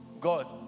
God